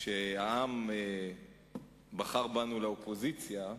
כשהעם בחר בנו לאופוזיציה,